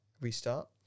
restart